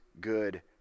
good